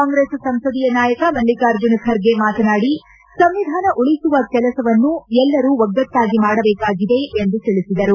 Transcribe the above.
ಕಾಂಗ್ರೆಸ್ ಸಂಸದೀಯ ನಾಯಕ ಮಲ್ಲಿಕಾರ್ಜುನ ಖರ್ಗೆ ಮಾತನಾಡಿ ಸಂವಿಧಾನ ಉಳಿಸುವ ಕೆಲಸವನ್ನು ಎಲ್ಲರು ಒಗ್ಗಟ್ಟಾಗಿ ಮಾಡಬೇಕಾಗಿದೆ ಎಂದು ತಿಳಿಸಿದರು